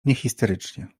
niehisterycznie